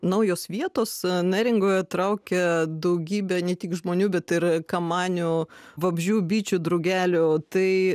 naujos vietos neringoje traukia daugybę ne tik žmonių bet ir kamanių vabzdžių bičių drugelių tai